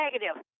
negative